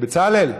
בצלאל,